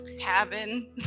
cabin